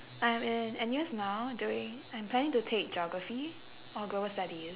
I'm in N_U_S now doing I'm planning to take geography or global studies